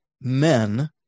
men